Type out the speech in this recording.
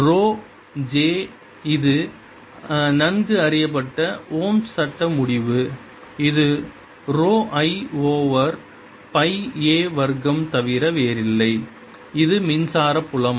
row J இது நன்கு அறியப்பட்ட ஓம்ஸ் சட்ட முடிவு இது rho I over pi a வர்க்கம் ஐத் தவிர வேறில்லை இது மின்சார புலம்